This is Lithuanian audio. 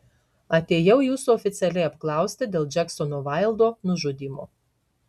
atėjau jūsų oficialiai apklausti dėl džeksono vaildo nužudymo